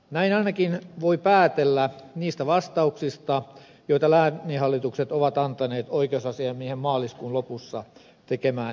näin ainakin voi päätellä niistä vastauksista joita lääninhallitukset ovat antaneet oikeusasiamiehen maaliskuun lopussa tekemään selvityspyyntöön